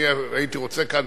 אני הייתי רוצה כאן,